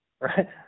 Right